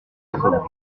communes